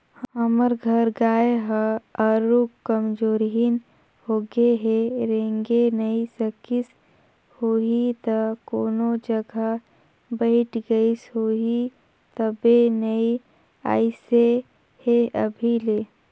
हमर घर गाय ह आरुग कमजोरहिन होगें हे रेंगे नइ सकिस होहि त कोनो जघा बइठ गईस होही तबे नइ अइसे हे अभी ले